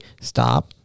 stop